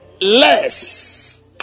less